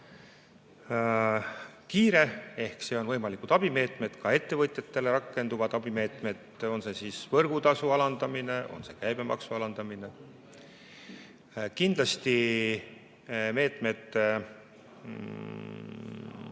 kiire ehk võimalikud abimeetmed, ka ettevõtjatele rakenduvad abimeetmed, on see siis võrgutasu alandamine, on see käibemaksu alandamine. Kindlasti meetmed,